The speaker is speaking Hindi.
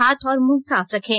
हाथ और मुंह साफ रखें